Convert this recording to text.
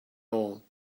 all